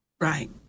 Right